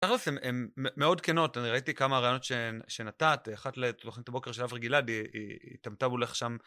הן מאוד כנות, אני ראיתי כמה ראיונות שנתת, אחת לתוכנית הבוקר של עברי גלעד, התעמתה מולך שם.